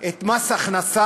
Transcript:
את מס הכנסה,